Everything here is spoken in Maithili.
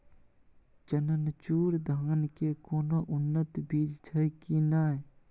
चननचूर धान के कोनो उन्नत बीज छै कि नय?